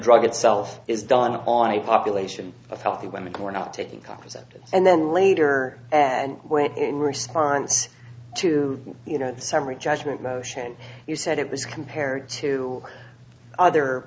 drug itself is done on a population of healthy women who are not taking contraceptives and then later and in response to you know the summary judgment motion you said it was compared to other